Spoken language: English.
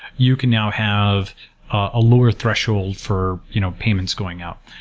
you can now have a lower threshold for you know payments going out.